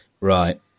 right